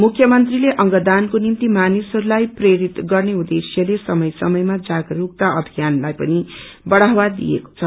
मुख्यमन्त्रीले अंगदानको निम्ति मानिसहरूलाई प्रेरित गर्ने उद्खेश्यले समय समयमा जागरूकता अभियानलाई पनि बढ़ावा दिएको छ